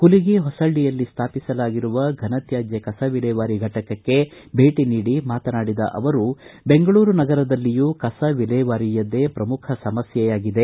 ಹುಲಿಗಿ ಹೊಸಳ್ಳಿಯಲ್ಲಿ ಸ್ಥಾಪಿಸಲಾಗಿರುವ ಘನತ್ಕಾಜ್ಯ ಕಸ ವಿಲೇವಾರಿ ಘಟಕಕ್ಕೆ ಭೇಟಿ ನೀಡಿ ಮಾತನಾಡಿದ ಅವರು ಬೆಂಗಳೂರು ನಗರದಲ್ಲಿಯೂ ಕಸ ವಿಲೇವಾರಿಯದ್ದೇ ಪ್ರಮುಖ ಸಮಸ್ಕೆಯಾಗಿದೆ